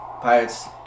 pirates